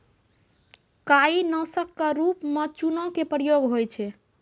काई नासक क रूप म चूना के प्रयोग होय छै